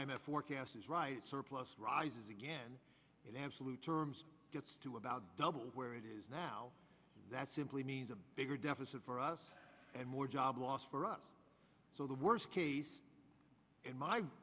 f forecasts is right surplus rises again in absolute terms gets to about double where it is now that simply means a bigger deficit for us and more job loss for us so the worst case in my